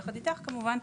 יחד איתך כמובן,